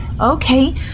Okay